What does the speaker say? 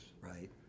Right